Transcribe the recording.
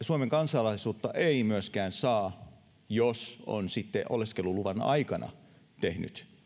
suomen kansalaisuutta ei myöskään saa jos on sitten oleskeluluvan aikana tehnyt